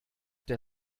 der